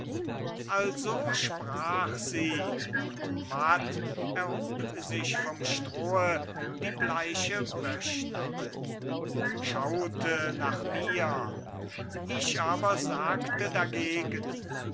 also sprach sie und matt erhob sich vom strohe die bleiche wöchnerin schaute nach mir ich aber sagte dagegen